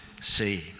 see